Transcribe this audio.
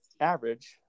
average